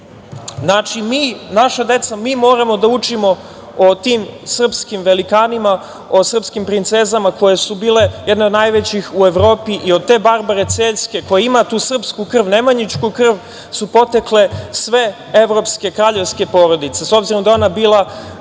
mi naša deca, mi moramo da učimo o tim srpskim velikanima, o srpskim princezama koje su bile jedne od najvećih u Evropi i od te Barbare Cerske, koja ima tu srpsku krv, nemanjićku krv, su potekle sve evropske kraljevske porodice, s obzirom da je ona bila